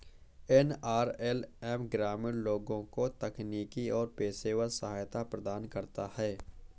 NRLM ग्रामीण लोगों को तकनीकी और पेशेवर सहायता प्रदान करता है